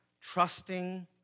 trusting